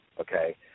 okay